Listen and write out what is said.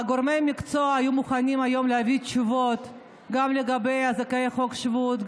גורמי המקצוע היו מוכנים היום להביא תשובות גם לגבי זכאי חוק השבות,